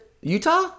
Utah